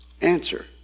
Answer